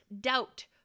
doubt